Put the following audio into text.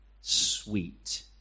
sweet